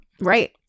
right